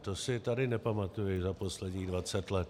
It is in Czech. To si tady nepamatuji za posledních 20 let.